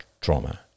trauma